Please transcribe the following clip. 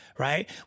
Right